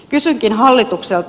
kysynkin hallitukselta